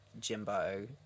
Jimbo